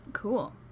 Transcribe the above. cool